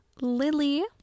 Lily